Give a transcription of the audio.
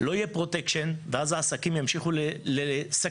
לא יהיה פרוטקשן, ואז העסקים ימשיכו לשגשג;